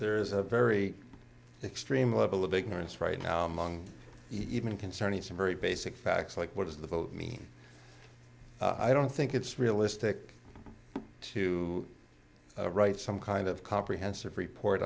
there is a very extreme level of ignorance right now among even concerning some very basic facts like what does the vote mean i don't think it's realistic to write some kind of comprehensive report